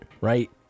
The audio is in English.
right